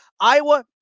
Iowa